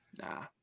Nah